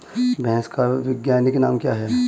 भैंस का वैज्ञानिक नाम क्या है?